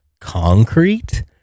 concrete